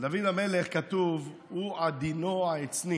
על דוד המלך כתוב: "'הוא עדינו העצני'